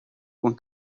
com